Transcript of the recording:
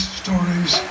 stories